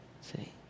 see